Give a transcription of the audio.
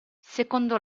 secondo